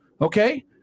Okay